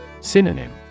Synonym